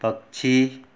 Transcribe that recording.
पक्षी